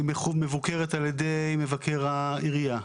היא מבוקרת על ידי מבקר העירייה,